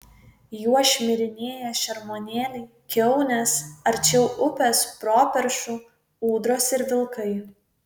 juo šmirinėja šermuonėliai kiaunės arčiau upės properšų ūdros ir vilkai